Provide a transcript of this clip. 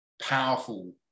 powerful